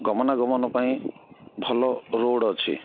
ଗମନାଗମନ ପାଇଁ ଭଲ ରୋଡ଼ ଅଛି